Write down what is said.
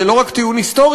זה לא רק טיעון היסטורי,